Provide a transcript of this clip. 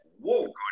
Whoa